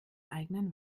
eigenen